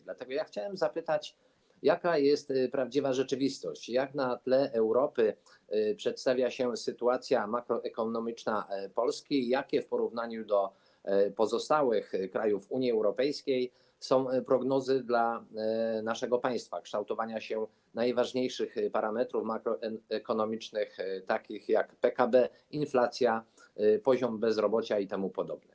Dlatego chciałem zapytać, jaka jest prawdziwa rzeczywistość, jak na tle Europy przedstawia się sytuacja makroekonomiczna Polski i jakie w porównaniu do pozostałych krajów Unii Europejskiej są prognozy dla naszego państwa, prognozy kształtowania się najważniejszych parametrów makroekonomicznych takich jak PKB, inflacja, poziom bezrobocia itp.